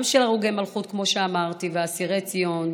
גם של הרוגי המלכות, כמו שאמרתי, ושל אסירי ציון,